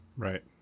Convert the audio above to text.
Right